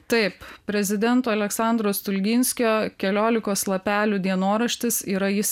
taip prezidento aleksandro stulginskio keliolikos lapelių dienoraštis yra jis